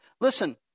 Listen